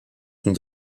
sont